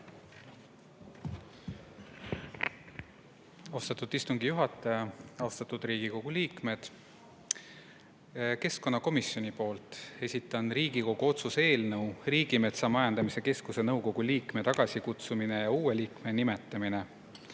Austatud istungi juhataja! Austatud Riigikogu liikmed! Keskkonnakomisjoni nimel esitan Riigikogu otsuse "Riigimetsa Majandamise Keskuse nõukogu liikme tagasikutsumine ja uue liikme nimetamine"